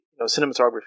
cinematography